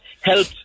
help